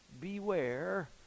beware